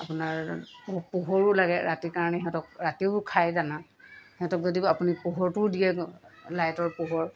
আপোনাৰ পোহৰো লাগে ৰাতি কাৰণে সিহঁতক ৰাতিও খায় দানা সিহঁতক যদি আপুনি পোহৰটোও দিয়ে লাইটৰ পোহৰ